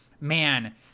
man